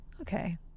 Okay